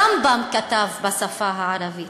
הרמב"ם כתב בשפה הערבית.